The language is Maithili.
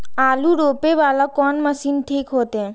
आलू रोपे वाला कोन मशीन ठीक होते?